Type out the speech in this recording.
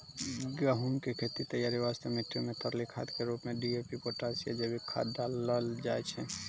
गहूम के खेत तैयारी वास्ते मिट्टी मे तरली खाद के रूप मे डी.ए.पी पोटास या जैविक खाद डालल जाय छै